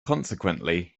consequently